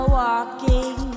walking